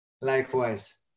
Likewise